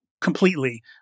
completely